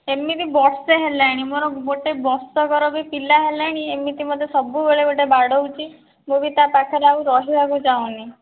ସେମିତି ବର୍ଷେ ହେଲାଣି ମୋର ଗୋଟେ ବର୍ଷକର ବି ପିଲା ହେଲାଣି ଏମିତି ମୋତେ ସବୁବେଳେ ଗୋଟେ ବାଡ଼ଉଛି ମୁଁ ବି ତା ପାଖରେ ଆଉ ରହିବାକୁ ଚାହୁଁନି